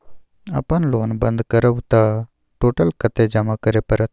अपन लोन बंद करब त टोटल कत्ते जमा करे परत?